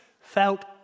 felt